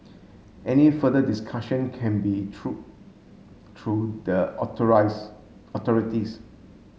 any further discussion can be through through the authorise authorities